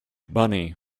bunny